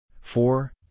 Four